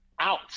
out